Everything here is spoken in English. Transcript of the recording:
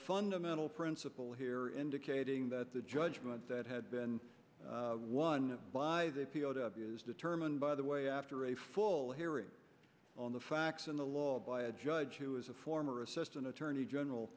fundamental principle here indicating that the judgment that had been won by the p o w as determined by the way after a full hearing on the facts in the law by a judge who is a former assistant attorney general